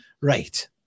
Right